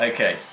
Okay